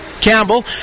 Campbell